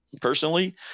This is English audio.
personally